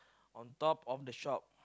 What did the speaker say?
on top of the shop